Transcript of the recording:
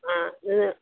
ꯑꯥ ꯑꯗꯨꯅ